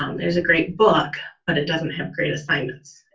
um there's a great book but it doesn't have great assignments.